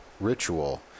ritual